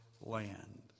land